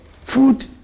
food